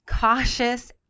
cautious